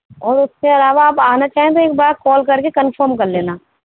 اور اس کے علاوہ آپ آنا چاہیں تو ایک بار کال کر کے کنفرم کر لینا